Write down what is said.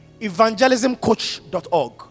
evangelismcoach.org